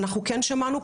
אנחנו כן שמענו,